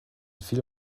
viel